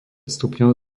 stupňov